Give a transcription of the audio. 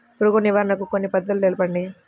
పురుగు నివారణకు కొన్ని పద్ధతులు తెలుపండి?